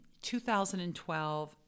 2012